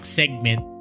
segment